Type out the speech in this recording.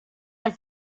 del